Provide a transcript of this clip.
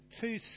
two